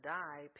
die